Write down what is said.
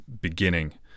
beginning